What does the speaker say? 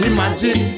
Imagine